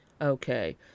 Okay